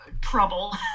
trouble